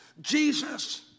Jesus